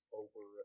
over